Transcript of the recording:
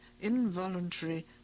involuntary